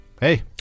Hey